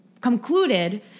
concluded